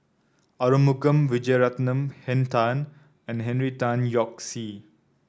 Arumugam Vijiaratnam Henn Tan and Henry Tan Yoke See